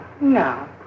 No